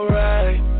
right